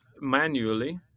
manually